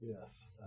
Yes